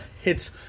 Hits